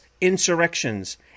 insurrections